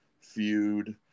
feud